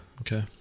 Okay